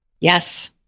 Yes